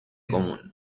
común